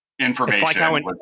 information